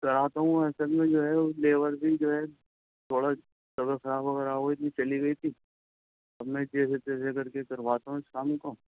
کراتا ہوں اصل میں جو ہے لیبر بھی جو ہے تھوڑا جگہ خراب وغیرہ ہوگئی تھی چلی گئی تھی اب میں جیسے تیسے کر کے کرواتا ہوں اس کام کو